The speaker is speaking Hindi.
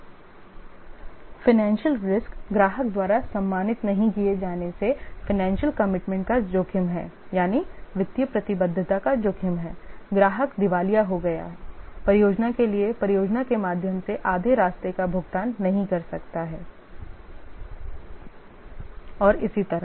वित्तीय जोखिम ग्राहक द्वारा सम्मानित नहीं किए जाने से वित्तीय प्रतिबद्धता का जोखिम है ग्राहक दिवालिया हो गया परियोजना के लिए परियोजना के माध्यम से आधे रास्ते का भुगतान नहीं कर सकता है और इसी तरह